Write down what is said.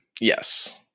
Yes